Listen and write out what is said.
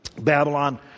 Babylon